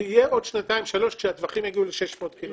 זה יהיה עוד שנתיים-שלוש כשהטווחים יגיעו ל-600 קילומטרים.